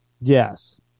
Yes